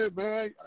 man